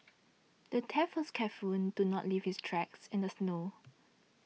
the thief was careful and to not leave his tracks in the snow